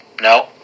no